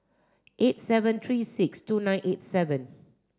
eight seven three six two nine eight seven